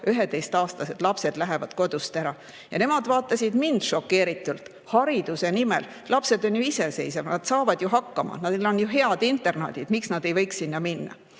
11‑aastased lapsed lähevad kodust ära! Nemad vaatasid mind šokeeritult. Hariduse nimel. Lapsed on ju iseseisvad, nad saavad ju hakkama, neil on ju head internaadid. Miks nad ei võiks sinna minna?